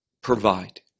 provide